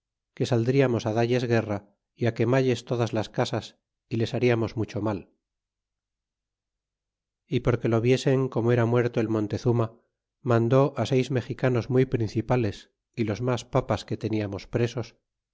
que saldriamos á dalles guerra y á quemalles todas las casas y les haríamos mucho mal y porque lo viesen como era muerto el montezuma mandó á seis mexicanos muy principales y los mas papas que teniamos presos